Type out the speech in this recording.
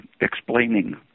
explaining